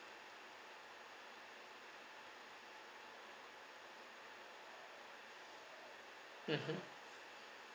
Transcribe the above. mmhmm